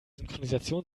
synchronisation